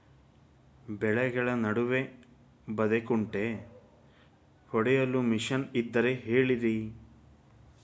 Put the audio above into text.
ಬೆಳೆಗಳ ನಡುವೆ ಬದೆಕುಂಟೆ ಹೊಡೆಯಲು ಮಿಷನ್ ಇದ್ದರೆ ಹೇಳಿರಿ